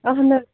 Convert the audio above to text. اَہن حظ